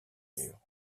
mur